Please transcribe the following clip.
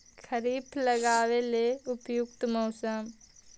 खरिफ लगाबे ला उपयुकत मौसम?